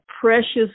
precious